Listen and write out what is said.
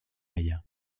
ella